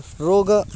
रोगः